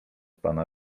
pana